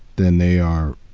then they are,